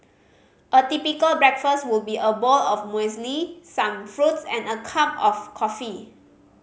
a typical breakfast would be a bowl of muesli some fruits and a cup of coffee